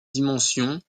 dimensions